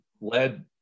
led